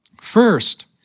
First